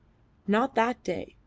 not that day,